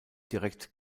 direkt